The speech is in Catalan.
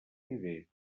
viver